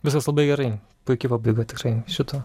viskas labai gerai puiki pabaiga tikrai šito